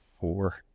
Four